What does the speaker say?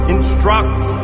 Instruct